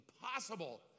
impossible